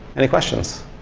any questions?